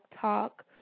talk